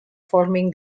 forming